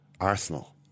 Arsenal